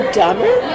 dumber